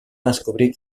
descobrir